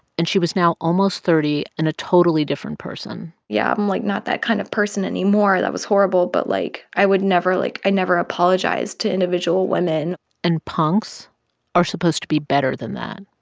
and she was now almost thirty and a totally different person yeah. i'm, like, not that kind of person anymore. that was horrible. but, like, i would never, like i never apologized to individual women and punks are supposed to be better than that.